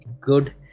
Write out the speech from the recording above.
good